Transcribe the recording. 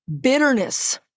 bitterness